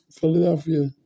Philadelphia